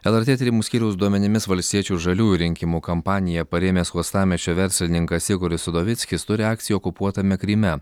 lrt tyrimų skyriaus duomenimis valstiečių ir žaliųjų rinkimų kampaniją parėmęs uostamiesčio verslininkas igoris udovickis turi akcijų okupuotame kryme